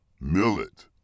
millet